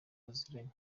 muziranye